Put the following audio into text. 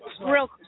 real